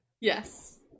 Yes